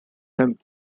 him